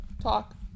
Talk